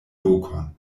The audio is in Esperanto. lokon